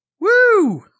Woo